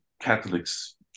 Catholics